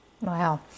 Wow